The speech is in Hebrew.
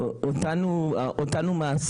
מעסיק, אותנו הנכים.